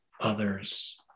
others